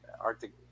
arctic